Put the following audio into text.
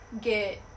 get